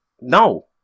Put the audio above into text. No